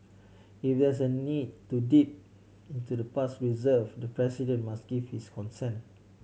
even is a need to dip into the past reserve the president must give his consent